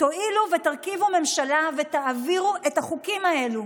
תואילו ותרכיבו ממשלה ותעבירו את החוקים האלו.